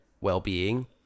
well-being